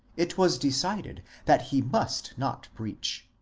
it was decided that he must not preach.